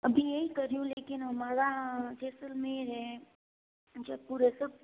अभी यही कर रही हूँ लेकिन हमारा जैसलमैर है जयपुर है सब